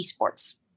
esports